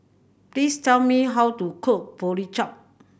please tell me how to cook